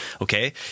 Okay